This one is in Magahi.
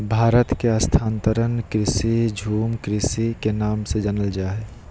भारत मे स्थानांतरण कृषि, झूम कृषि के नाम से जानल जा हय